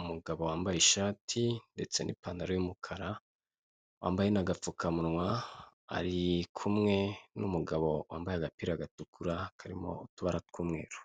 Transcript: umugabo wambaye ishati ndetse n'ipantaro y'umukara, wambaye n'agapfukamunwa. Ari kumwe n'umugabo wambaye agapira gatukura, karimo utubara tw'umweru.